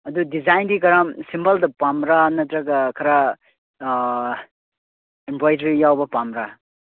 ꯑꯗꯨ ꯗꯤꯖꯥꯏꯟꯗꯤ ꯀꯔꯝ ꯁꯤꯝꯄꯜꯗ ꯄꯥꯝꯕ꯭ꯔꯥ ꯅꯠꯇꯔꯒ ꯈꯔ ꯏꯝꯕ꯭ꯔꯣꯏꯗ꯭ꯔꯤ ꯌꯥꯎꯕ ꯄꯥꯝꯕ꯭ꯔꯥ